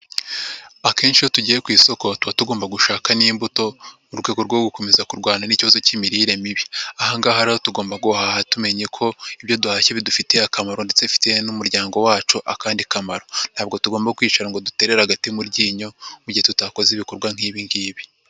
Akenshi iyo tugiye ku isoko tuba tugomba gushaka n'imbuto mu rwego rwo gukomeza kurwana n'ikibazo k'imirire mibi. Aha ngaha rero tugomba guhaha tumenye ko ibyo duhashye bidufitiye akamaro ndetse bifitiye n'umuryango wacu akandi kamaroN ntabwo tugomba kwicara ngo duterere agati mu ryinyo mu gihe tutakoze ibikorwa nk'ibi ngibi.